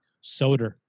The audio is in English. soda